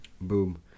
Boom